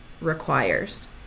requires